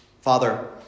Father